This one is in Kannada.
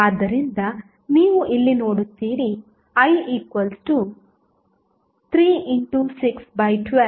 ಆದ್ದರಿಂದ ನೀವು ಇಲ್ಲಿ ನೋಡುತ್ತೀರಿ I 3 612 1